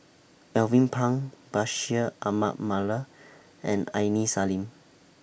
Alvin Pang Bashir Ahmad Mallal and Aini Salim